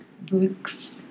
books